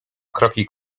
kroki